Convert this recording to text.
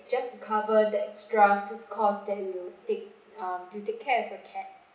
just to cover the extra food cost that you take um to take care of the cat